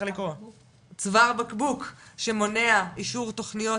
צוואר בקבוק שמונע אישור תוכניות,